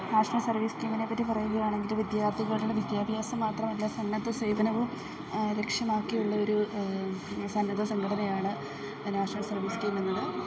national service സ്കീമിനെ പറ്റി പറയുകയാണെങ്കിൽ വിദ്യാർത്ഥികളുടെ വിദ്യാഭ്യാസം മാത്രമല്ല സന്നദ്ധ സേവനവും ലക്ഷ്യമാക്കി ഉള്ള ഒരു സന്നദ്ധ സംഘടനയാണ് നാഷ്ണൽ സർവ്വീസ് സ്കീമെന്നത്